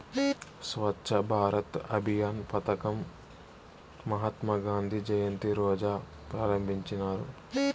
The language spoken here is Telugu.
స్వచ్ఛ భారత్ అభియాన్ పదకం మహాత్మా గాంధీ జయంతి రోజా ప్రారంభించినారు